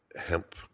hemp